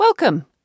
Welcome